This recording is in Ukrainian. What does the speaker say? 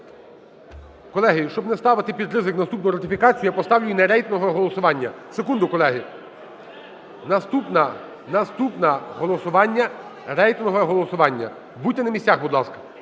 Колеги, щоб не ставити під ризик наступну ратифікацію, я поставлю її на рейтингове голосування. Секунду, колеги. Наступне, наступне голосування - рейтингове голосування. Будьте на місцях, будь ласка,